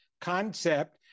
concept